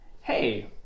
Hey